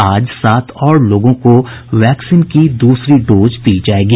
आज सात और लोगों को वैक्सीन की दूसरी डोज दी जायेगी